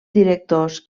directors